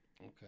Okay